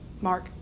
Mark